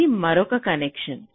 ఇది మరొక కన్వెన్షన్